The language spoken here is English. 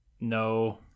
No